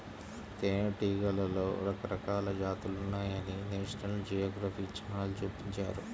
తేనెటీగలలో రకరకాల జాతులున్నాయని నేషనల్ జియోగ్రఫీ ఛానల్ చూపించారు